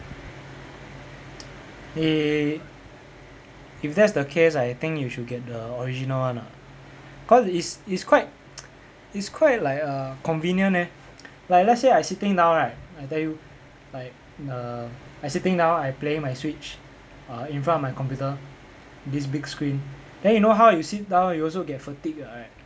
eh if that's the case I think you should get the original one ah cause it's it's quite it's quite like err convenient eh like let's say I sitting down right I tell you like err I sitting down I playing my switch err in front of the computer this big screen then you know how you sit down you also get fatigue right